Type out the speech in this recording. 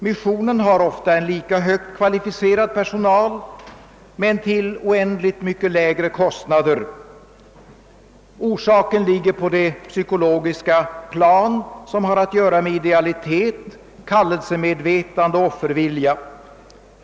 Missionen har ofta en lika högt kvalificerad personal men till oändligt mycket lägre kostnader. Orsaken ligger på det psykologiska plan som har att göra med idealitet, kallelsemedvetande och offervilja.